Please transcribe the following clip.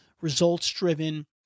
results-driven